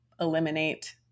eliminate